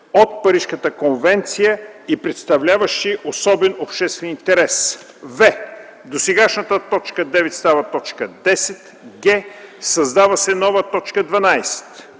от Парижката конвенция, и представляващи особен обществен интерес”; в) досегашната т. 9 става т. 10; г) създава се нова т. 12: